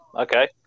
Okay